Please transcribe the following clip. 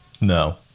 No